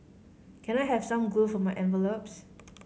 can I have some glue for my envelopes